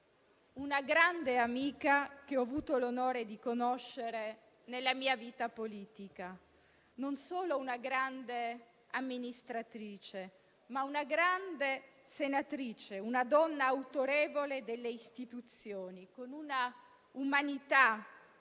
una grande amica che ho avuto l'onore di conoscere nella mia vita politica; non solo una grande amministratrice, ma una grande senatrice, una donna autorevole delle istituzioni, con un'umanità e